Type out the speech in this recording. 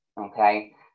okay